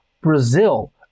Brazil